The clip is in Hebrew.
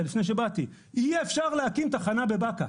לפני שבאתי: אי אפשר להקים תחנה בבאקה.